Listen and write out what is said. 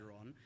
on